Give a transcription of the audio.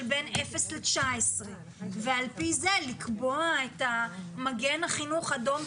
בין אפס ל-19 ועל פי זה לקבוע את מגן החינוך אדום,